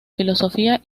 filosofía